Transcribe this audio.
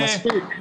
מספיק.